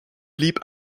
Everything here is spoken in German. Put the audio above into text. blieb